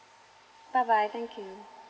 bye bye thank you